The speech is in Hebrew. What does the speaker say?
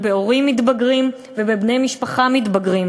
בהורים מתבגרים ובבני משפחה מתבגרים.